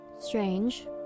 Strange